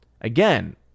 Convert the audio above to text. Again